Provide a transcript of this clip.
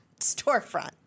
storefront